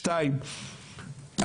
שתיים,